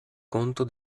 conto